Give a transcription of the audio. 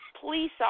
police